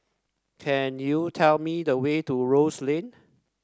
can you tell me the way to Rose Lane